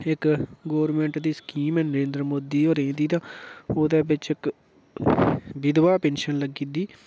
इक गोरमेन्ट दी स्कीम ऐ नरेंद्र मोदी होरें दी ते ओह्दे बिच्च इक बिधवा पेन्शन लग्गी जंदी